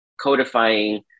codifying